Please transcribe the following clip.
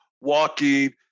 walking